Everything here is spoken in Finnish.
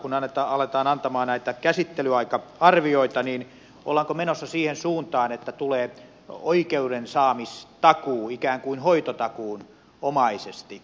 kun aletaan antaa näitä käsittelyaika arvioita niin ollaanko menossa siihen suuntaan että tulee oikeudensaamistakuu ikään kuin hoitotakuun omaisesti